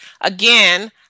again